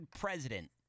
president